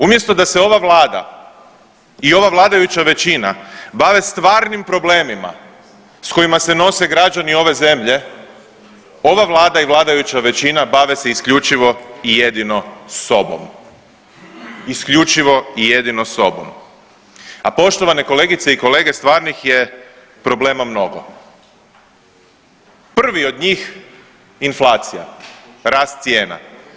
Umjesto da se ova vlada i ova vladajuća većina bave stvarnim problemima s kojima se nose građani ove zemlje, ova vlada i vladajuća većina bave se isključivo i jedino sobom, isključivo i jedino sobom, a poštovane kolegice i kolege stvarnih je problema mnogo, prvi od njih inflacija, rast cijena.